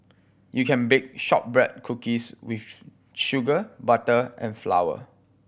you can bake shortbread cookies with sugar butter and flour